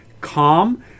calm